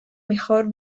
mejor